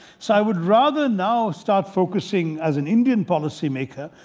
so i would rather now start focussing, as an indian policy maker,